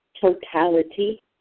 totality